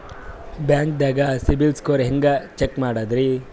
ಬ್ಯಾಂಕ್ದಾಗ ಸಿಬಿಲ್ ಸ್ಕೋರ್ ಹೆಂಗ್ ಚೆಕ್ ಮಾಡದ್ರಿ?